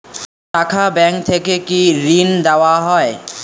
শাখা ব্যাংক থেকে কি ঋণ দেওয়া হয়?